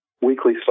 weekly